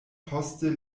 poste